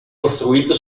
costruito